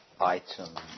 item